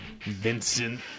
Vincent